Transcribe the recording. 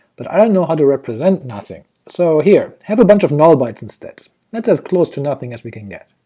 but i don't know how to represent nothing, so here, have a bunch of null bytes instead that's as close to nothing as we can get.